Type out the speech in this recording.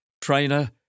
trainer